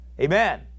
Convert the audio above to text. Amen